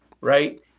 right